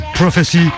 Prophecy